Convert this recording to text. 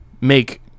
make